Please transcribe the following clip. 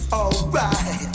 alright